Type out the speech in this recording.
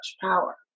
power